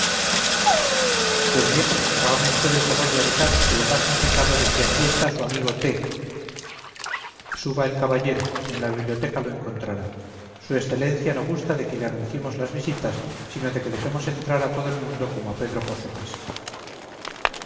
pues bien hágame usted el favor de avisar que le pasen recado de que aquí está su amigo t suba el caballero en la biblioteca lo encontrará su excelencia no gusta de que le anunciemos las visitas sino de que dejemos entrar a todo el mundo como a pedro por su casa